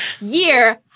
year